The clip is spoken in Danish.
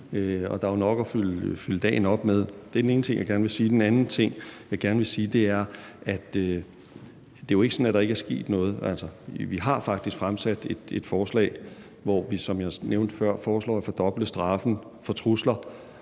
og der er jo nok at fylde dagen op med. Det er den ene ting, jeg gerne vil sige. Den anden ting, jeg gerne vil sige, er, at det jo ikke er sådan, at der ikke er sket noget. Vi har faktisk fremsat et forslag, hvor vi, som jeg nævnte før, foreslår at fordoble straffen for trusler,